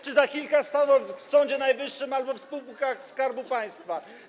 Czy za kilka stanowisk w Sądzie Najwyższym albo w spółkach Skarbu Państwa?